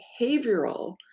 behavioral